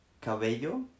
cabello